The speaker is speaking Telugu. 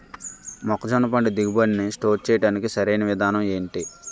మొక్కజొన్న పంట దిగుబడి నీ స్టోర్ చేయడానికి సరియైన విధానం ఎంటి?